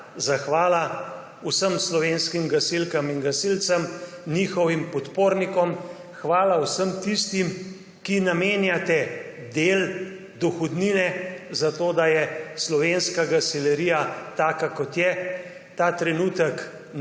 zahvala vsem slovenskim gasilkam in gasilcem, njihovim podpornikom, hvala vsem tistim, ki namenjate del dohodnine za to, da je slovenska »gasilerija« taka, kot je. Ta trenutek ne